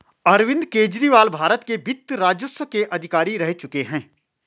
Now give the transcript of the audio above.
अरविंद केजरीवाल भारत के वित्त राजस्व के अधिकारी रह चुके हैं